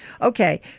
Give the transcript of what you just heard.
Okay